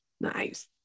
Nice